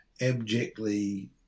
abjectly